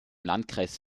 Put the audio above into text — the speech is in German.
landkreis